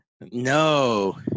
No